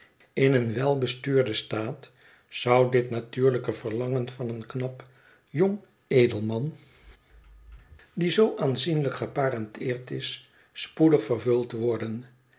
in een welbestuurden staat zou dit natuurlijke verlangen van een knap jong edelia mgm het verlaten huis man die zoo aanzienlijk geparenteerd is spoedig vervuld worden